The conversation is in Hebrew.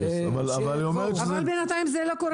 אבל בינתיים זה לא קורה.